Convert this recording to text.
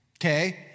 okay